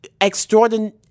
extraordinary